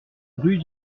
rue